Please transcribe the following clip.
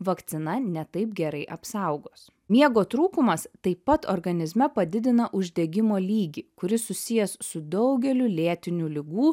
vakcina ne taip gerai apsaugos miego trūkumas taip pat organizme padidina uždegimo lygį kuris susijęs su daugeliu lėtinių ligų